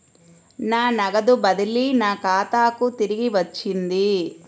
నా నగదు బదిలీ నా ఖాతాకు తిరిగి వచ్చింది